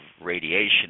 radiation